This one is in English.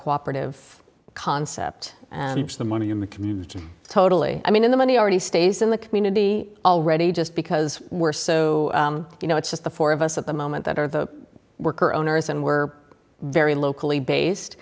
cooperative concept and the money human community totally i mean the money already stays in the community already just because we're so you know it's just the four of us at the moment that are the worker owners and we're very locally based